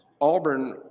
Auburn